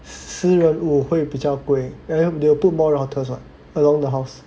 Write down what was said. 四月我会比较贵 then they will put more routers [what] around the house